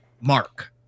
mark